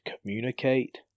communicate